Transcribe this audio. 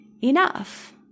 enough